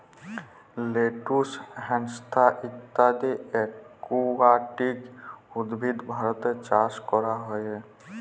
lettuce, hyacinth ইত্যদি aquatic উদ্ভিদ ভারতে চাস ক্যরা হ্যয়ে